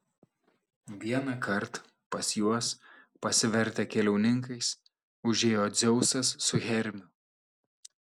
vienąkart pas juos pasivertę keliauninkais užėjo dzeusas su hermiu